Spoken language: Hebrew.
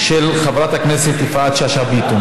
של חברת הכנסת יפעת שאשא ביטון.